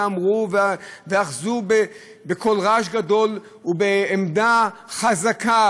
אמרו ואחזו בקול רעש גדול ובעמדה חזקה